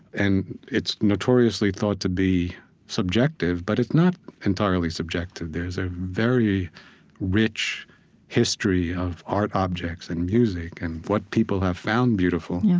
and it's notoriously thought to be subjective, but it's not entirely subjective. there's a very rich history of art objects and music and what people have found beautiful,